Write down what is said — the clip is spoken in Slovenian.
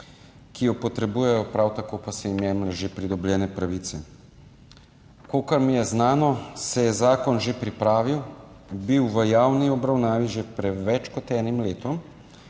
ki jo potrebujejo, prav tako pa se jim jemlje že pridobljene pravice. Kolikor mi je znano, se je zakon že pripravil, bil v javni obravnavi že pred več kot enim letom.